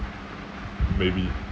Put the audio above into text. maybe